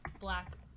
Black